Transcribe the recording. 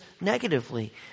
negatively